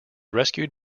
rescued